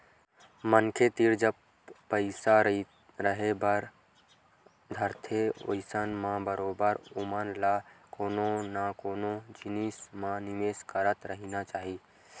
मनखे तीर जब पइसा रेहे बर धरथे अइसन म बरोबर ओमन ल कोनो न कोनो जिनिस म निवेस करत रहिना चाही